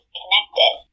connected